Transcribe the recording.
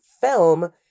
film